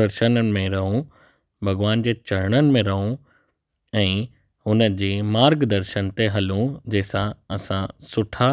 दर्शननि में रहू भॻवान जे चड़णनि में रहू ऐं उनजे मार्गदर्शन ते हलू जंहिंसां असां सुठा